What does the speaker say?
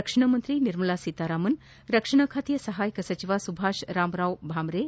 ರಕ್ಷಣಾ ಸಚಿವೆ ನಿರ್ಮಲಾ ಸೀತಾರಾಮನ್ ರಕ್ಷಣಾ ಖಾತೆ ಸಹಾಯಕ ಸಚಿವ ಸುಭಾಷ್ ರಾಮ್ರಾವ್ ಭಾವ್ರೆ